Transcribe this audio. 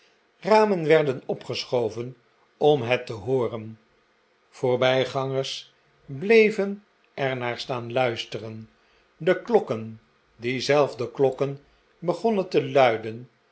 ramen werden opgeschoven om het te hooren voorbij gangers bleven er na staan luisteren de klokken diezelfde klokken begonnen te lujden